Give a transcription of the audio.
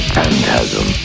Phantasm